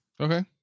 Okay